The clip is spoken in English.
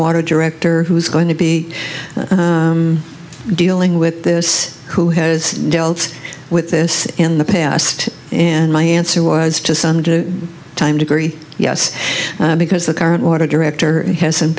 water director who's going to be dealing with this who has dealt with this in the past and my answer was just on the time degree yes because the current water director hasn't